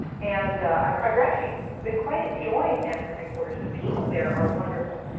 and i've i've actually been quite enjoying nasa headquarters. the people there are wonderful.